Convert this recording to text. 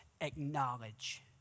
acknowledge